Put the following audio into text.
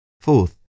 Fourth